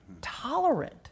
tolerant